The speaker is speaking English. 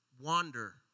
wander